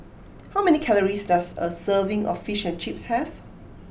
how many calories does a serving of Fish and Chips have